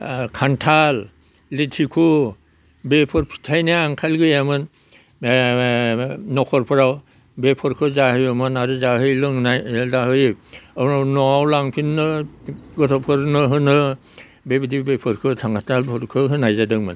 खान्थाल लिथुखु बेफोर फिथाइनि आंखाल गैयामोन न'खरफोराव बेफोरखौ जाहोयोमोन आरो जाहै लोंनाय जाहोयो उनाव न'आव लांफिननो गथ'फोरनो होनो बेबायदि बेफोरखो होनाय जादोंमोन